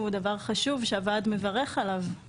הוא דבר חשוב שהוועד מברך עליו.